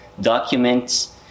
documents